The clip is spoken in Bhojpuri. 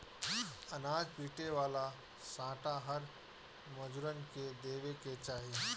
अनाज पीटे वाला सांटा हर मजूरन के देवे के चाही